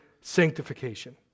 sanctification